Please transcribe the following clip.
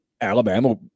Alabama